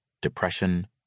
depression